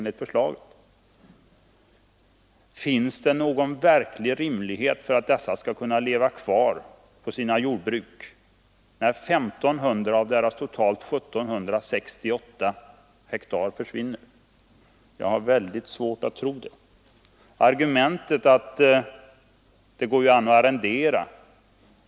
Och finns det i så fall någon rimlig chans för människorna där att leva kvar på sina jordbruk, när 1 500 av deras totalt 1 762 hektar försvinner? Jag har väldigt svårt för att tro det. Då säger man kanske: Det går ju an att arrendera.